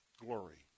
glory